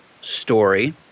story